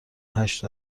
هشت